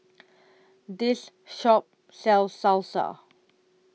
This Shop sells Salsa